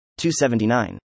279